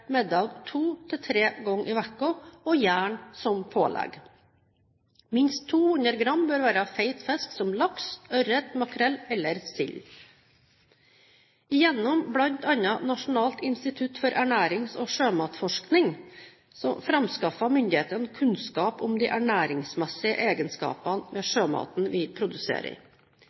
middag to til tre ganger i uken, og gjerne som pålegg. Minst 200 gram bør være fet fisk som laks, ørret, makrell eller sild. Gjennom bl.a. Nasjonalt institutt for ernærings- og sjømatforskning framskaffer myndighetene kunnskap om de ernæringsmessige egenskapene ved sjømaten vi produserer.